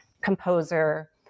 composer